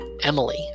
Emily